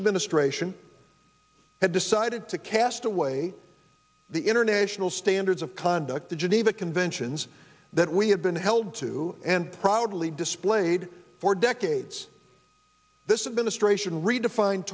administration had decided to cast away the international standards of conduct the geneva conventions that we have been held to and proudly displayed for decades this is ministration redefined